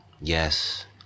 Yes